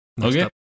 Okay